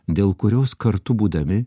dėl kurios kartu būdami